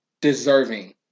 deserving